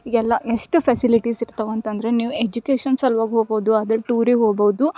ಎಲ್ಲ ಎಷ್ಟು ಫೆಸಿಲಿಟೀಸ್ ಇರ್ತಾವೆ ಅಂತಂದರೆ ನೀವು ಎಜುಕೇಶನ್ ಸಲ್ವಾಗಿ ಹೋಗೋದು ಆದ್ರೆ ಟೂರೀಗ್ ಹೋಗ್ಬೋದು